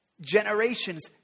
generations